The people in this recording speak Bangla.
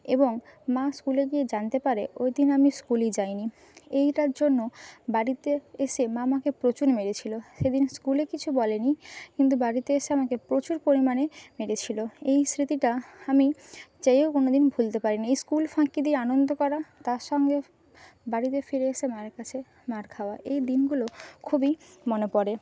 এবং মা স্কুলে গিয়ে জানতে পারে ওই দিন আমি স্কুলেই যাইনি এইটার জন্য বাড়িতে এসে মা আমাকে প্রচুর মেরেছিলো সেদিন স্কুলে কিছু বলেনি কিন্তু বাড়িতে এসে আমাকে প্রচুর পরিমাণে মেরেছিলো এই স্মৃতিটা আমি চেয়েও কোনোদিন ভুলতে পারি নি এই স্কুল ফাঁকি দিয়ে আনন্দ করা তার সঙ্গে বাড়িতে ফিরে এসে মায়ের কাছে মার খাওয়া এই দিনগুলো খুবই মনে পড়ে